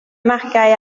magiau